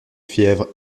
fièvre